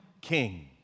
King